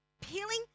Peeling